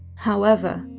however,